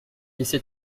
essaye